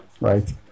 right